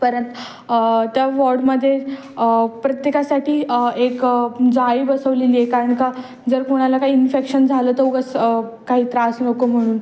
परत त्या वॉर्डमध्ये प्रत्येकासाठी एक जाळी बसवलेली आहे कारण का जर कोणाला काय इन्फेक्शन झालं तर उगीच काही त्रास नको म्हणून